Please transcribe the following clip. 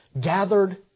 gathered